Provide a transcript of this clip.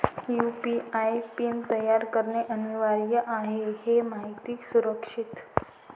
UPI PIN तयार करणे अनिवार्य आहे हे माहिती सुरक्षित